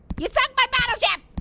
you sunk my battleship!